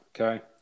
okay